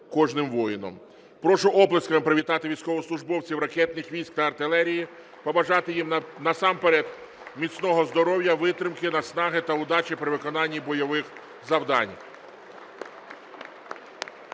Прошу оплесками привітати військовослужбовців ракетних військ та артилерії, побажати їм насамперед міцного здоров'я, витримки, наснаги та удачі при виконанні бойових завдань.